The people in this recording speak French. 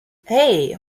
hey